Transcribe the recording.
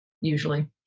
usually